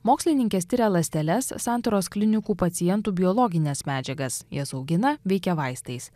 mokslininkės tiria ląsteles santaros klinikų pacientų biologines medžiagas jas augina veikia vaistais